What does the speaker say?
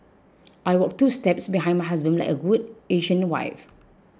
I walk two steps behind my husband like a good Asian wife